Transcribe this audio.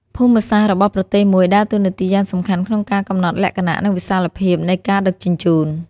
ភូមិសាស្ត្ររបស់ប្រទេសមួយដើរតួនាទីយ៉ាងសំខាន់ក្នុងការកំណត់លក្ខណៈ និងវិសាលភាពនៃការដឹកជញ្ជូន។